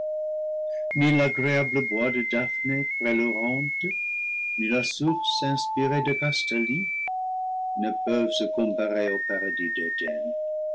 l'agréable bois de daphné près l'oronte ni la source inspirée de castalie ne peuvent se comparer au paradis